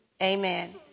Amen